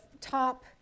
top